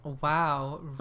Wow